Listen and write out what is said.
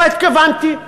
לא התכוונתי.